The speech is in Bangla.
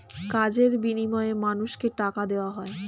কাজের বিনিময়ে মানুষকে টাকা দেওয়া হয়